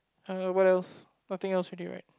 uh what else nothing else already right